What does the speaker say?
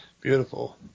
Beautiful